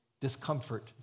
discomfort